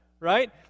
Right